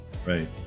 Right